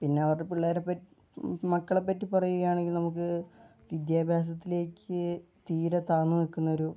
പിന്നെ അവരുടെ പിള്ളേരെ മക്കളെ പറ്റി പറയുകയാണെങ്കിൽ നമുക്ക് വിദ്യാഭ്യാസത്തിലേക്ക് തീരെ താന്നു നിൽക്കുന്ന ഒരു